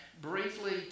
briefly